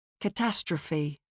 Catastrophe